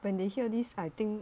when they hear this I think